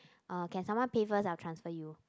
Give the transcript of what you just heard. uh can someone pay first I will transfer you